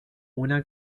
una